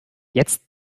jetzt